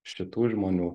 šitų žmonių